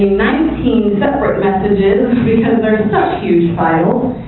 nineteen separate messages because they're such huge files,